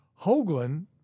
Hoagland